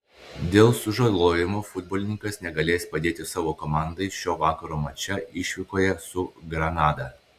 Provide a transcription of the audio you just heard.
dėl sužalojimo futbolininkas negalės padėti savo komandai šio vakaro mače išvykoje su granada